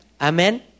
Amen